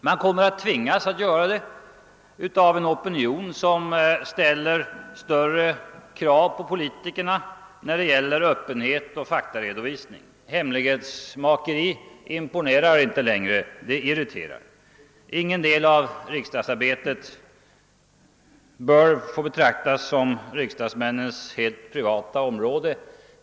Den kommer att tvingas att göra det av en opinion som ställer större krav på politikerna i fråga om Öppenhet och faktaredovisning. Hemlighetsmakeri imponerar inte längre — det irriterar. Ingen del av riksdagsarbetet bör få betraktas som riksdagsmännens helt privata område.